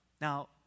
Now